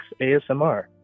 ASMR